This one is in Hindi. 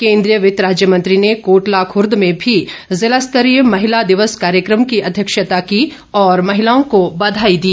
केन्द्रीय वित्त राज्य मंत्री ने कोटला खुर्द में भी जिला स्तरीय महिला दिवस कार्यक्रम की अध्यक्षता की और महिलाओं को बधाई दी